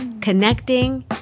connecting